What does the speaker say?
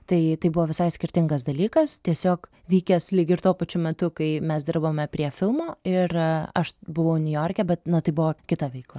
tai tai buvo visai skirtingas dalykas tiesiog vykęs lyg ir tuo pačiu metu kai mes dirbome prie filmo ir aš buvau niujorke bet na tai buvo kita veikla